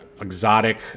Exotic